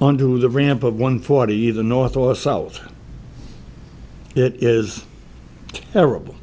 onto the ramp of one forty either north or south it is terrible